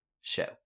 show